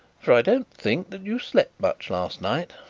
for i don't think that you slept much last night.